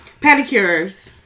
Pedicures